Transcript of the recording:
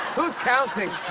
who's counting?